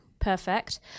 Perfect